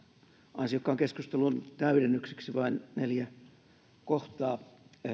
ansiokkaan keskustelun täydennykseksi vain neljä kohtaa